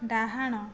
ଡ଼ାହାଣ